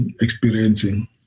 experiencing